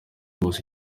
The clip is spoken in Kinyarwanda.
wose